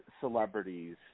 celebrities